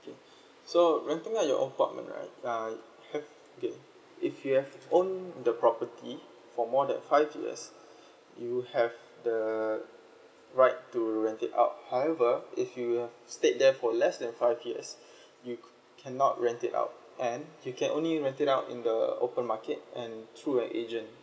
okay so renting out your apartment right err have okay if you have owned the property for more than five years you have the right to rent it out however if you have stayed there for less than five years you could cannot rent it out and you can only rent it out in the open market and through an agent